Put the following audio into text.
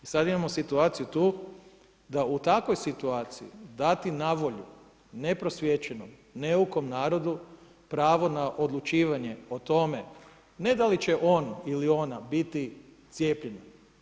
I sada imamo situaciju tu da u takvoj situaciji dati na volju neprosvijećenom, neukom narodu pravo na odlučivanje o tome ne da li će on ili ona biti cijepljen.